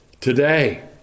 Today